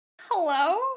Hello